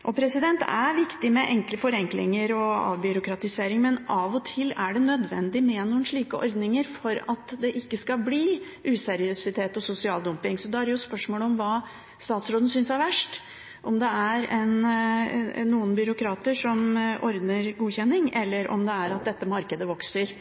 Det er viktig med enkle forenklinger og avbyråkratisering, men av og til er det nødvendig med noen slike ordninger for at det ikke skal bli useriøsitet og sosial dumping. Og da er jo spørsmålet hva statsråden synes er verst – at det er noen byråkrater som ordner godkjenning, eller at dette useriøse markedet vokser.